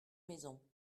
maison